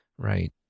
Right